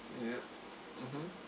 yes mmhmm